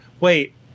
wait